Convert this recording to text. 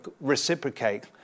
reciprocate